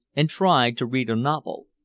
and tried to read a novel.